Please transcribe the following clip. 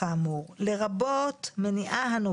ואנחנו